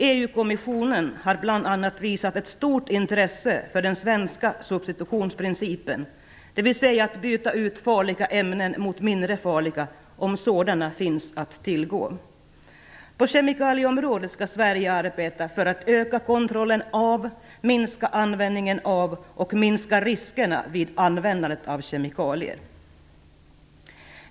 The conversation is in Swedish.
EU-kommissionen har bl.a. visat ett stort intresse för den svenska substitutionsprincipen, dvs. att byta ut farliga ämnen mot mindre farliga om sådana finns att tillgå. På kemikalieområdet skall Sverige arbeta för att öka kontrollen av, minska användningen av och minska riskerna vid användning av kemikalier.